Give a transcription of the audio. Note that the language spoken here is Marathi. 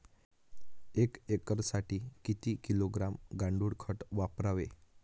एक एकरसाठी किती किलोग्रॅम गांडूळ खत वापरावे?